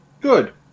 Good